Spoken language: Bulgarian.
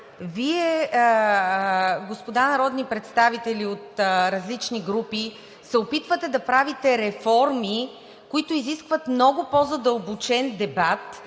Вие, господа народни представители от различни групи, се опитвате да правите реформи, които изискват много по-задълбочен дебат,